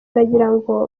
ndagirango